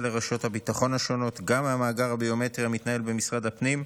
לרשויות הביטחון השונות גם מהמאגר הביומטרי המתנהל במשרד הפנים,